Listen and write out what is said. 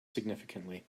significantly